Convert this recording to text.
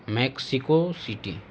Mexico city